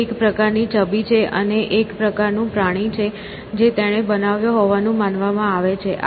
તે એક પ્રકારની છબી છે તે એક પ્રકાર નું પ્રાણી છે જે તેણે બનાવ્યો હોવાનું માનવામાં આવે છે